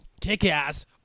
kick-ass